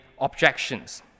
objections